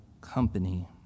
company